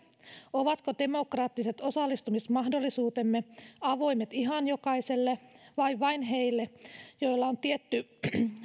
ovatko demokraattiset osallistumismahdollisuutemme avoimet ihan jokaiselle vai vain heille joilla on tietty